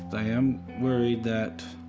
i am worried that